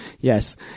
yes